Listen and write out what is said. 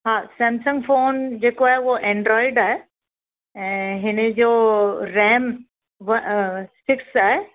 हा Samsung phone जेको आहे उहो एंड्रॉइड आहे ऐं हिन जो रैम व सिक्स आहे